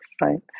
right